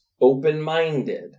open-minded